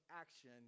action